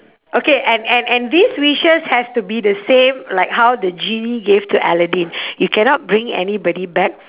okay and and and these wishes has to be the same like how the genie gave to aladdin you cannot bring anybody back